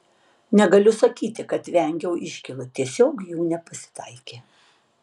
negaliu sakyti kad vengiau iškylų tiesiog jų nepasitaikė